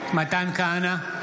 כהנא,